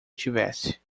tivesse